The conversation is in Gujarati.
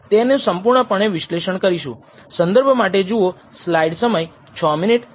તેનું સંપૂર્ણપણે વિશ્લેષણ કરશુ